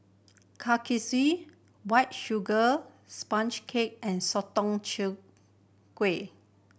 Kuih Kaswi White Sugar Sponge Cake and sotong char gui